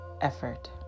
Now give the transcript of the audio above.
effort